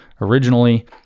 originally